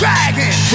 Dragon